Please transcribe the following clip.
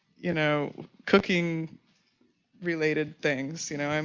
you know, cooking related things, you know. um